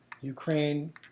Ukraine